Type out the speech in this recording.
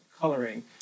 coloring